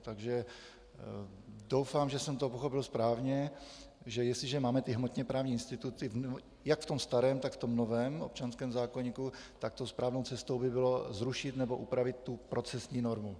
Takže doufám, že jsem to pochopil správně, že jestliže máme ty hmotněprávní instituty jak v tom starém, tak v tom novém občanském zákoníku, tak to správnou cestou by bylo zrušit nebo upravit tu procesní normu.